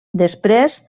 després